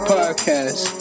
Podcast